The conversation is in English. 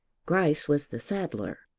grice was the saddler.